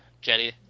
Jetty